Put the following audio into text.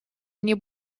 они